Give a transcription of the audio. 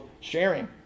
sharing